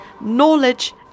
knowledge